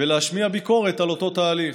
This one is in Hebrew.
ולהשמיע ביקורת על אותו תהליך.